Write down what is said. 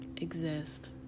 Exist